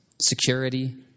security